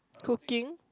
cooking